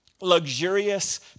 Luxurious